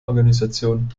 organisationen